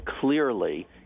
clearly